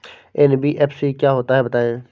NBFC क्या होता है बताएँ?